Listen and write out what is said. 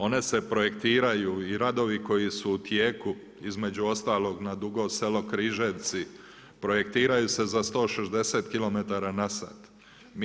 One se projektiraju i radovi koji su u tijeku između ostalog na Dugo Selo – Križevci projektiraju se za 160 km na sat.